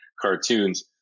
cartoons